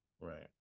Right